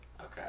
okay